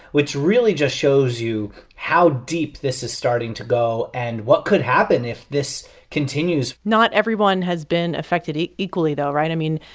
which really just shows you how deep this is starting to go and what could happen if this continues not everyone has been affected equally, though, right? i mean,